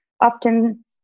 often